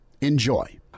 Enjoy